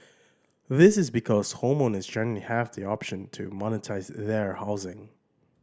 this is because homeowners generally have the option to monetise their housing